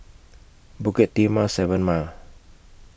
Bukit Timah seven Mile